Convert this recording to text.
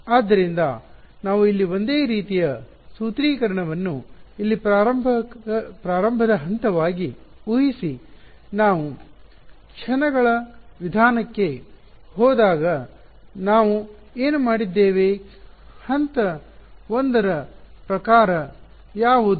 ಆದ್ದರಿಂದ ನಾವು ಇಲ್ಲಿ ಒಂದೇ ರೀತಿಯ ಸೂತ್ರೀಕರಣವನ್ನು ಇಲ್ಲಿ ಪ್ರಾರಂಭದ ಹಂತವಾಗಿ ಊಹಿಸಿ ನಾವು ಕ್ಷಣಗಳ ವಿಧಾನಕ್ಕೆ ಹೋದಾಗ ನಾವು ಏನು ಮಾಡಿದ್ದೇವೆ ಹಂತ 1 ರ ಪ್ರಕಾರ ಯಾವುದು